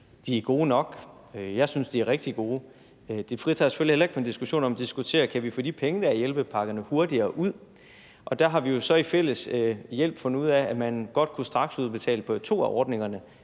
de er gode nok. Jeg synes, de er rigtig gode. Det fritager os selvfølgelig heller ikke for at tage en diskussion om, om vi kan vi få de penge, der er i hjælpepakkerne, hurtigere ud. Der har vi jo så med fælles hjælp fundet ud af, at man godt kunne straksudbetale på to af ordningerne,